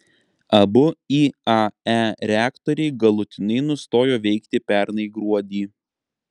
abu iae reaktoriai galutinai nustojo veikti pernai gruodį